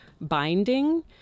binding